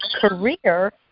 career